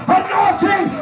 anointing